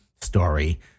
story